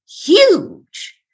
huge